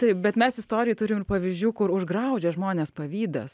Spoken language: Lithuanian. taip bet mes istorijoj turim ir pavyzdžių kur užgraužia žmones pavydas